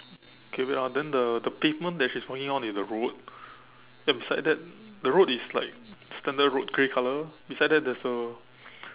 okay wait ah then the the pavement that she's walking on is the road then beside that the road is like standard road grey colour beside that there's a